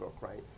right